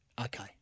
Okay